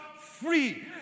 free